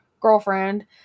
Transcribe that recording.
girlfriend